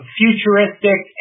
futuristic